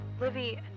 Livy